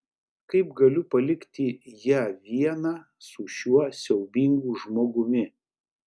kaip galiu palikti ją vieną su šiuo siaubingu žmogumi